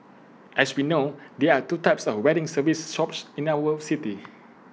as we know there are two types of wedding service shops in our city